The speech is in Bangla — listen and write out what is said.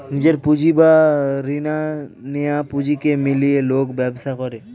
নিজের পুঁজি এবং রিনা নেয়া পুঁজিকে মিলিয়ে লোক ব্যবসা করে